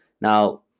now